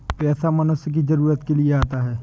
पैसा मनुष्य की जरूरत के लिए आता है